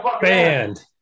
banned